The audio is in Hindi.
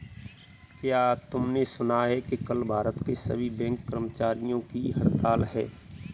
क्या तुमने सुना कि कल भारत के सभी बैंक कर्मचारियों की हड़ताल है?